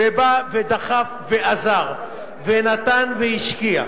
ובא ודחף ועזר ונתן והשקיע.